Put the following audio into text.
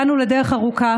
באנו לדרך ארוכה